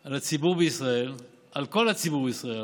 על הציבור בישראל, על כל הציבור בישראל,